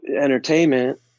entertainment